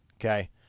okay